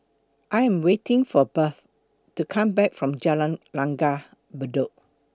I Am waiting For Bert to Come Back from Jalan Langgar Bedok